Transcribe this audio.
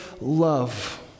love